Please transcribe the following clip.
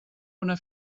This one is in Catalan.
una